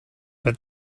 but